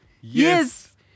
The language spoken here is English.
Yes